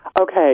Okay